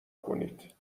کنید